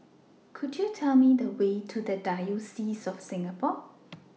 Could YOU Tell Me The Way to The Diocese of Singapore